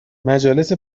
مجالس